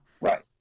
right